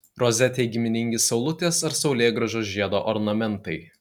rozetei giminingi saulutės ar saulėgrąžos žiedo ornamentai